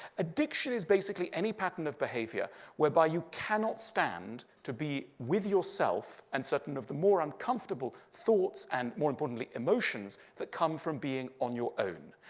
addiction is basically any pattern of behavior whereby you cannot stand to be with yourself and sort of the more uncomfortable thoughts and, more importantly, emotions that come from being on your own.